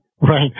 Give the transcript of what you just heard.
Right